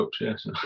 yes